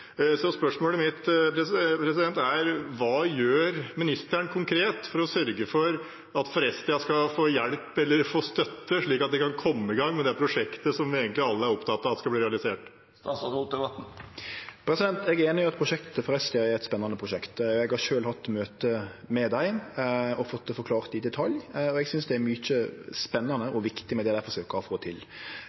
Så spørsmålet mitt er: Hva gjør ministeren konkret for å sørge for at Forestia skal få støtte, slik at de kan komme i gang med det prosjektet som egentlig vi alle er opptatt av skal bli realisert? Eg er einig i at prosjektet i Forestia er eit spennande prosjekt. Eg har sjølv hatt møte med dei og fått det forklart i detalj, og eg synest det er mykje spennande og viktig med det dei forsøkjer å få til.